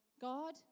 God